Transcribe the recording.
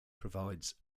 provides